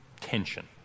tension